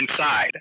inside